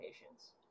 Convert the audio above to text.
patients